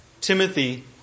Timothy